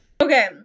Okay